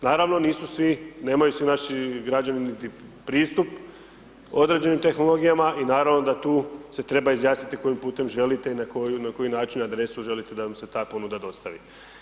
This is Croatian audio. Naravno nisu svi, nemaju svi naši građani niti pristup određenim tehnologijama i naravno da tu se treba izjasniti kojim putem želite i na koji način adresu želite da vam se ta ponuda dostavi.